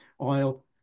oil